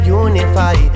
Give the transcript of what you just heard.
unify